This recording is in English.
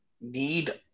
need